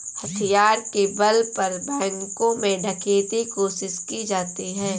हथियार के बल पर बैंकों में डकैती कोशिश की जाती है